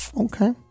Okay